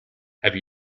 have